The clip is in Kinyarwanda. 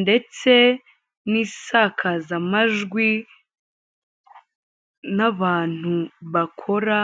ndetse n'isakazamajwi n'abantu bakora.